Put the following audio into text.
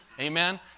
Amen